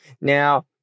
Now